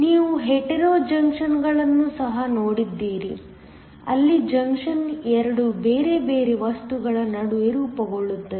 ನೀವು ಹೆಟೆರೊ ಜಂಕ್ಷನ್ಗಳನ್ನು ಸಹ ನೋಡಿದ್ದೀರಿ ಅಲ್ಲಿ ಜಂಕ್ಷನ್ 2 ಬೇರೆ ಬೇರೆ ವಸ್ತುಗಳ ನಡುವೆ ರೂಪುಗೊಳ್ಳುತ್ತದೆ